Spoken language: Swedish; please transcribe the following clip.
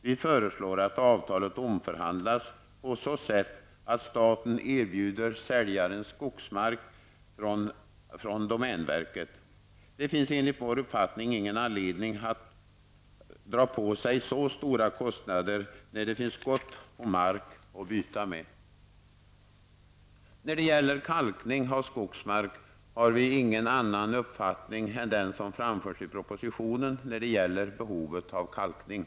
Vi föreslår att avtalet omförhandlas på så sätt, att staten erbjuder säljaren skogsmark från domänverket. Det finns, enligt vår uppfattning, ingen anledning att dra på sig så stora kostnader när det finns gott om mark att byta med. När det gäller kalkning av skogsmark har vi ingen annan uppfattning än den som framförs i propositionen om behovet av kalkning.